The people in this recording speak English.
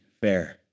fair